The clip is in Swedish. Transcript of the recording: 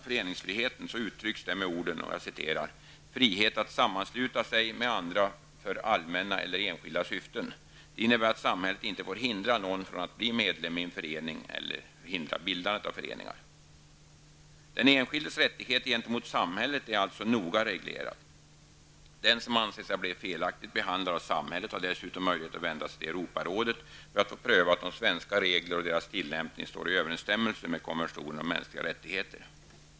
Föreningsfriheten beskrivs med orden ''frihet att sammansluta sig med andra för allmänna eller enskilda syften''. Det innebär att samhället inte får hindra någon från att bli medlem i en förening eller hindra bildandet av föreningar. Den enskildes rättigheter gentemot samhället är alltså noga reglerade. Den som anser sig ha blivit felaktigt behandlad av samhället har dessutom möjlighet att vända sig till Europarådet för att få prövat om svenska regler och deras tillämpning står i överensstämmelse med konventionen om mänskliga rättigheter.